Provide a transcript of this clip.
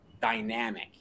dynamic